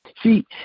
See